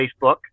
Facebook